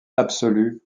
absolue